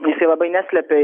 jisai labai neslepia